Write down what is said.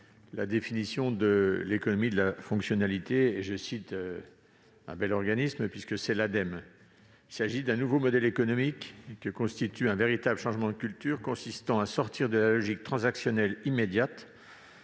la définition de l'économie de la fonctionnalité retenue par ce bel organisme qu'est l'Ademe :« nouveau modèle économique [qui] constitue un véritable changement de culture consistant à sortir de la logique transactionnelle immédiate